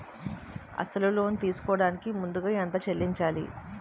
అసలు లోన్ తీసుకోడానికి ముందుగా ఎంత చెల్లించాలి?